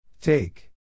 Take